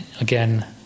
Again